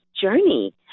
journey